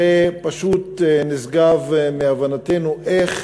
זה פשוט נשגב מהבנתנו איך